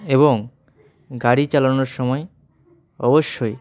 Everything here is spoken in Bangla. এবং গাড়ি চালানোর সময় অবশ্যই